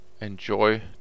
enjoy